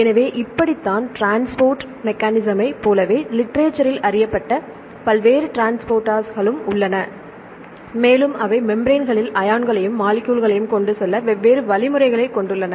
எனவே இப்படித்தான் டிரான்ஸ்போர்ட் மெக்கானீசம்மைப் போலவே லிட்ரேசரில் அறியப்பட்ட பல்வேறு டிரான்ஸ்போர்ட்டர்களும் உள்ளன மேலும் அவை மெம்ப்ரெண்களில் அயன்களையும் மாலிக்யூல்களையும் கொண்டு செல்ல வெவ்வேறு வழிமுறைகளைக் கொண்டுள்ளன